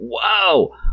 whoa